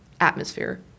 atmosphere